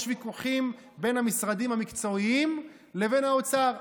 יש ויכוחים בין המשרדים המקצועיים לבין האוצר.